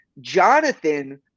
Jonathan